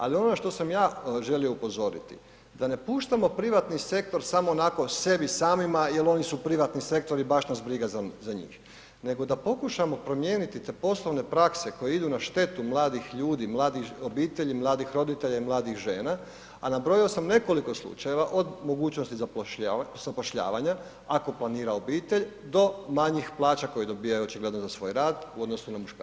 Ali ono što sam ja želio upozoriti, da ne puštamo privatni sektor, samo onako sebi samima jer oni su privatni sektor i baš nas briga njih, nego da pokušamo promijeniti te poslovne prakse koje idu na štetu mladih ljudi, mladih obitelji, mladih roditelja i mladih žena a nabrojao sam nekoliko slučajeva od mogućnosti zapošljavanja ako planira obitelj do manjih plaća koje dobivaju očigledno za svoj rad u odnosu na muškarca.